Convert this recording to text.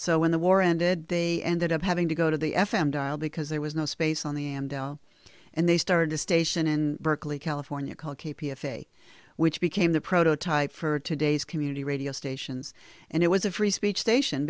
so when the war ended they ended up having to go to the f m dial because there was no space on the amdo and they started to station in berkeley california called k p a fake which became the prototype for today's community radio stations and it was a free speech station